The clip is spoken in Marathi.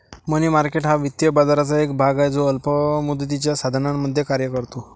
मनी मार्केट हा वित्तीय बाजाराचा एक भाग आहे जो अल्प मुदतीच्या साधनांमध्ये कार्य करतो